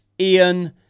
Ian